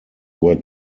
were